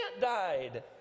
died